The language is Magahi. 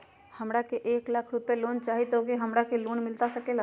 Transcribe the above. हमरा के एक लाख रुपए लोन चाही तो की हमरा के लोन मिलता सकेला?